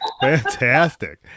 Fantastic